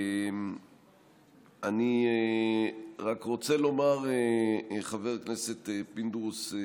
אני רק רוצה לומר לחבר הכנסת פינדרוס,